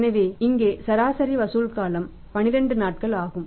எனவே இங்கே சராசரி வசூல் காலம் 12 நாட்கள் ஆகும்